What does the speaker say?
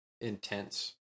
intense